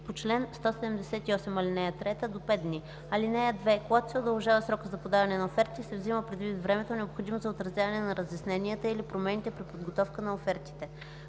по чл. 178, ал. 3 – до 5 дни. (2) Когато се удължава срокът за подаване на оферти, се взема предвид времето, необходимо за отразяване на разясненията или промените при подготовка на офертите.”